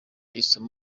isomo